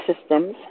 systems